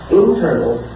internal